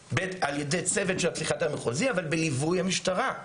צוות של הפסיכיאטר המחוזי אבל בליווי המשטרה,